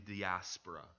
diaspora